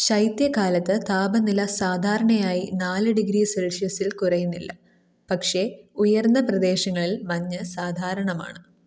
ശൈത്യകാലത്ത് താപനില സാധാരണയായി നാല് ഡിഗ്രി സെൽഷ്യസിൽ കുറയുന്നില്ല പക്ഷേ ഉയർന്ന പ്രദേശങ്ങളിൽ മഞ്ഞ് സാധാരണമാണ്